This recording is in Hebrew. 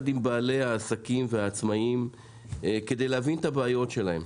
בעלי העסקים והעצמאים כדי להבין את הבעיות שלהם,